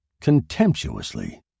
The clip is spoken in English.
contemptuously